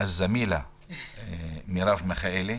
א-זמילה מרב מיכאלי,